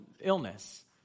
illness